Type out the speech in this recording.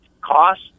cost